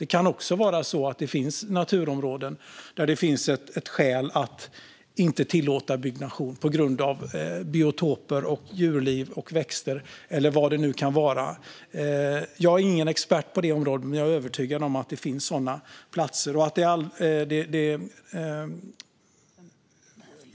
Det kan också finnas naturområden där det finns skäl att inte tillåta byggnation på grund av biotoper, djurliv, växter eller vad det nu kan vara. Jag är ingen expert på det området, men jag är övertygad om att det finns sådana platser.